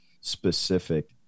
specific